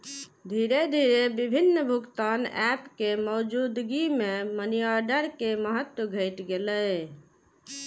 धीरे धीरे विभिन्न भुगतान एप के मौजूदगी मे मनीऑर्डर के महत्व घटि गेलै